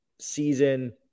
season